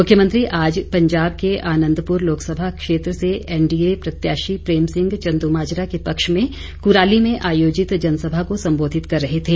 मुख्यमंत्री आज पंजाब के आंनदपुर लोकसभा क्षेत्र से एनडीए प्रत्याशी प्रेम सिंह चंदूमाजरा के पक्ष में कुराली में आयोजित जनसभा को संबोधित कर रहे थे